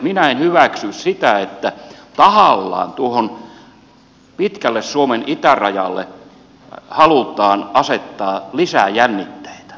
minä en hyväksy sitä että tuohon pitkälle suomen itärajalle halutaan asettaa tahallaan lisää jännitteitä